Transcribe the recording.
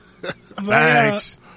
Thanks